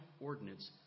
ordinance